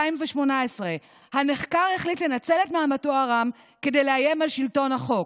2018: הנחקר החליט לנצל את מעמדו הרם לאיים על שלטון החוק,